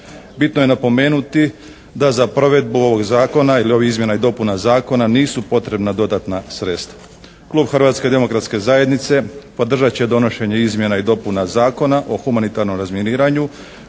Bitno je napomenuti da za provedbu ovog zakona ili ovih izmjena i dopuna zakona nisu potrebna dodatna sredstva. Klub Hrvatske demokratske zajednice podržat će donošenje izmjena i dopuna Zakona o humanitarnom razminiranju